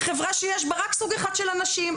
חברה שיש בה רק סוג אחד של אנשים,